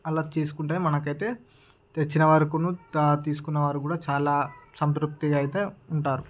అలా తీసుకుంటేనే మనకైతే తెచ్చిన వారికును తా తీసుకున్న వారికును చాలా సంతృప్తిగా అయితే ఉంటారు